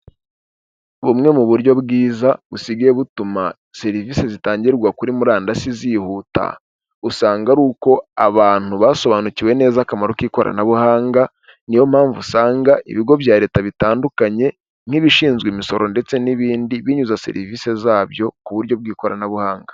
Bumwe mu buryo bwiza busigaye butuma serivise zitangirwa kuri murandasi zihuta usanga ari uko abantu basobanukiwe neza akamaro k'ikoranabuhanga, niyo mpamvu usanga ibigo bya leta bitandukanye n'ibishinzwe imisoro ndetse n'ibindi binyuzeza serivise zabyo ku buryo bw'ikoranabuhanga.